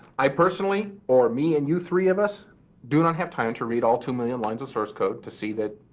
i personally or me and you three of us do no have time to read all two millions millions of source code to see that,